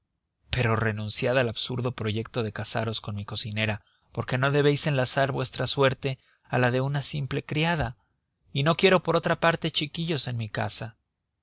pero renunciad al absurdo proyecto de casaros con mi cocinera porque no debéis enlazar vuestra suerte a la de una simple criada y no quiero por otra parte chiquillos en mi casa